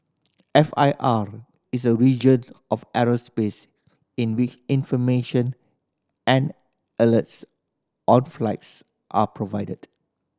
F I R is a region of airspace in which information and alerts out flights are provided